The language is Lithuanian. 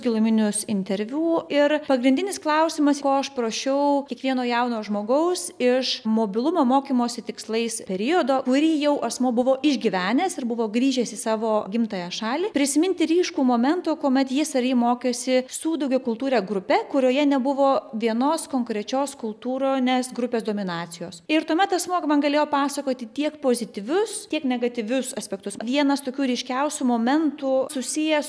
giluminius interviu ir pagrindinis klausimas ko aš prašiau kiekvieno jauno žmogaus iš mobilumo mokymosi tikslais periodo kurį jau asmuo buvo išgyvenęs ir buvo grįžęs į savo gimtąją šalį prisiminti ryškų momento kuomet jis ar ji mokėsi su daugiakultūre grupe kurioje nebuvo vienos konkrečios kultūronės grupės dominacijos ir tuomet asmuo galėjo pasakoti tiek pozityvius tiek negatyvius aspektus vienas tokių ryškiausių momentų susijęs